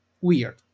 weird